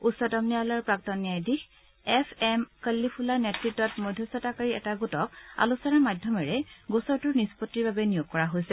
উচ্চতম ন্যায়ালয়ৰ প্ৰাক্তন ন্যায়াধীশ এফ এম কল্লিফুল্লাৰ নেতৃত্বত মধ্যস্থতাকাৰীৰ এটা গোটক আলোচনাৰ মাধ্যমেৰে গোচৰটোৰ নিষ্পত্তিৰ বাবে নিয়োগ কৰা হৈছে